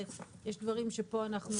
ויש דברים שפה אנחנו